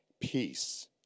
peace